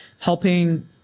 helping